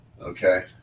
Okay